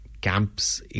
camps